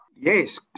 Yes